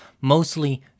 mostly